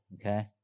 Okay